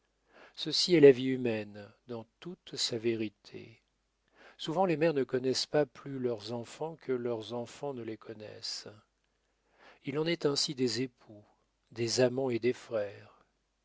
ceci est la vie humaine dans toute sa vérité souvent les mères ne connaissent pas plus leurs enfants que leurs enfants ne les connaissent il en est ainsi des époux des amants et des frères